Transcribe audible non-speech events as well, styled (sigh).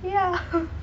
ya (noise)